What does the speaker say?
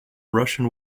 russian